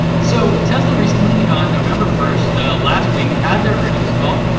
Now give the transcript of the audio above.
so tesla recently, on november first, last week, had their earnings call.